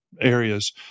areas